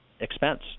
expense